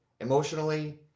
emotionally